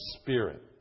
spirit